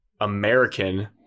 american